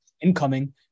incoming